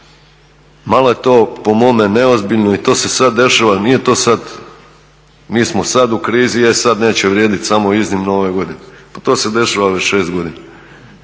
Malo je to po mome neozbiljno i to se sada dešava, nije to sada, mi smo sada u krizi, e sada neće vrijediti samo iznimno ove godine. Pa to se dešava već 6 godina.